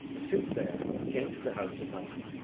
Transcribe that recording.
the soothsayer came to the house of malcolm.